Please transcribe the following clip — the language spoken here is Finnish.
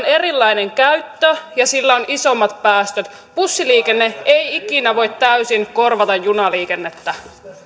erilainen käyttö ja sillä on isommat päästöt bussiliikenne ei ikinä voi täysin korvata junaliikennettä